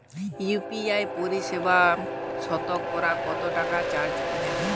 UPI পরিসেবায় সতকরা কতটাকা চার্জ নেয়?